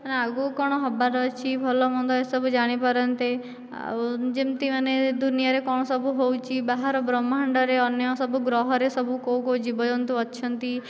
ଆଗକୁ କ'ଣ ହେବାର ଅଛି ଭଲମନ୍ଦ ଏସବୁ ଜାଣିପାରନ୍ତେ ଆଉ ଯେମତି ମାନେ ଦୁନିଆଁରେ କ'ଣ ସବୁ ହେଉଛି ବାହାର ବ୍ରହ୍ମାଣ୍ଡରେ ଅନ୍ୟ ସବୁ ଗ୍ରହରେ କେଉଁ କେଉଁ ଜୀବଜନ୍ତୁ ସବୁ ଅଛନ୍ତି